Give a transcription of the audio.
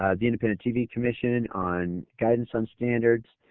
ah the independent tv commission on guidance on standards.